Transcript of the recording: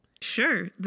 Sure